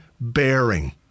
bearing